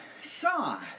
saw